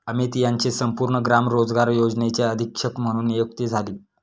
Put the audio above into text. अमित यांची संपूर्ण ग्राम रोजगार योजनेचे अधीक्षक म्हणून नियुक्ती झाली